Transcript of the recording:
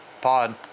pod